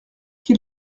qui